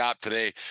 today